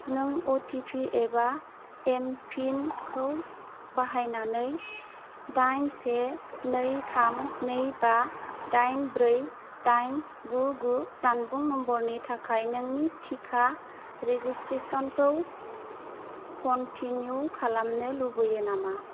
नों O T P एबा M पिनखौ बाहायनानै दाइन से नै थाम नै बा दाइन ब्रै दाइन गु गु जानबुं नाम्बारनि थाखाय नोंनि टिका रेजिस्ट्रेसनखौ कनटिनिउ खालामनो लुबैयो नामा